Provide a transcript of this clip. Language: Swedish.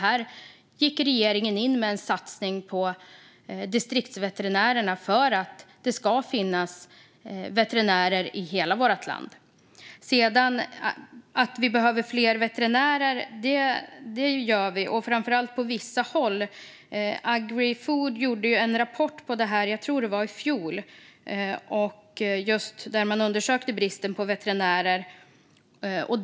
Här gick regeringen in med en satsning på distriktsveterinärerna för att det ska finnas veterinärer i hela vårt land. Vi behöver fler veterinärer, framför allt på vissa håll. Agrifood tog - jag tror att det var i fjol - fram en rapport där man undersökte bristen på veterinärer.